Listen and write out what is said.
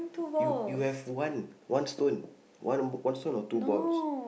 you you have one one stone one one stone or two balls